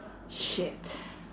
shit